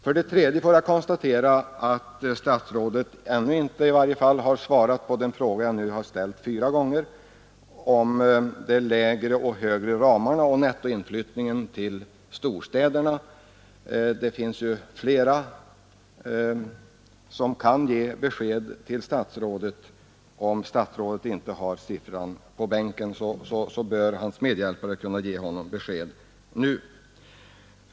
För det tredje får jag konstatera att statsrådet ännu inte har svarat på den fråga jag har ställt fyra gånger om de lägre och högre ramarna för storstäderna och om nettoinflyttningen dit. Om också statsrådet inte har siffrorna på sin bänk bör hans bisittare nu kunna ge honom besked.